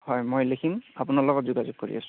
হয় মই লিখিম আপোনাৰ লগত যোগাযোগ কৰি আছোঁ